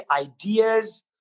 ideas